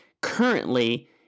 currently